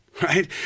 Right